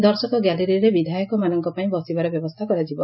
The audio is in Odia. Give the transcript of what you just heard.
ଦର୍ଶକ ଗ୍ୟାଲେରୀରେ ବିଧାୟକଙ୍କ ପାଇଁ ବସିବାର ବ୍ୟବସ୍କା କରାଯିବ